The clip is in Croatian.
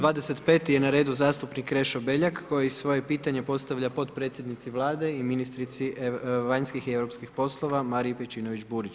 25. je na redu zastupnik Krešo Beljak, koji svoje pitanje postavlja potpredsjednici Vlade i ministrici vanjskih i europskih poslova Mariji Pejčinović-Burić.